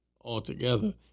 altogether